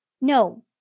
No